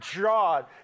God